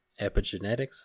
epigenetics